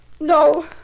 No